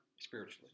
spiritually